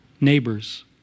neighbors